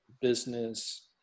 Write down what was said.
business